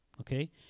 Okay